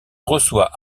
reçoit